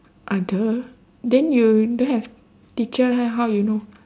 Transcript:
ah duh then you don't have teacher then how you know